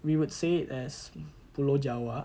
we would say it as pulau jawa